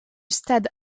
stade